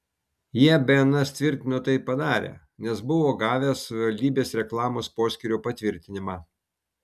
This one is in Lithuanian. jie bns tvirtino tai padarę nes buvo gavę savivaldybės reklamos poskyrio patvirtinimą